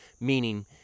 meaning